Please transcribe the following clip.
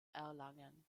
erlangen